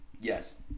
Yes